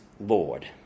Lord